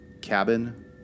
cabin